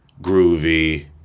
groovy